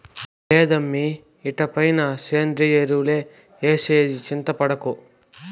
లేదమ్మీ ఇటుపైన సేంద్రియ ఎరువులే ఏసేది చింతపడకు